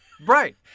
Right